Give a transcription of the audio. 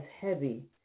heavy